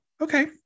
Okay